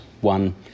One